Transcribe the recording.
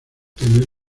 tener